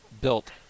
built